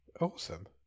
Awesome